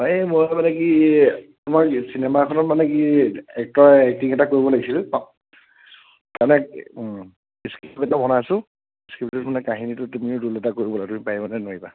অঁ এই মই আকৌ মানে কি এই তোমাক চিনেমা এখনত মানে কি এক্টৰ এক্টিং এটা কৰিব লাগিছিল মানে অঁ স্ক্ৰিপ্ট এটা বনাইছোঁ স্ক্ৰিপ্টটোত মানে কাহিনীটোত তুমিয়ে ৰোল এটা কৰিব লাগিব তুমি পাৰিবা নে নোৱাৰিবা